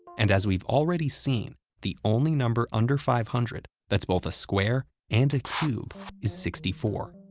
and as we've already seen, the only number under five hundred that's both a square and a cube is sixty four.